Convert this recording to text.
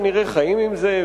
האמריקנים כנראה חיים עם זה,